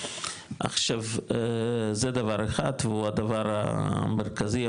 זה דבר אחד והוא הדבר המרכזי,